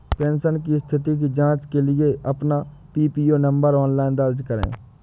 pension की स्थिति की जांच के लिए अपना पीपीओ नंबर ऑनलाइन दर्ज करें